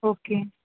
okay